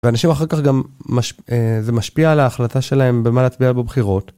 ואנשים אחר כך גם... מש, אה... זה משפיע על ההחלטה שלהם במה להצביע בבחירות.